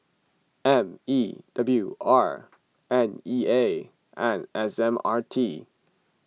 M E W R N E A and S M R T